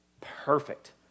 perfect